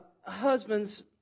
Husbands